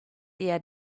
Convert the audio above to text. eher